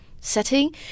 setting